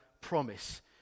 promise